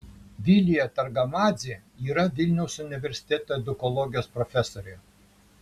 vilija targamadzė yra vilniaus universiteto edukologijos profesorė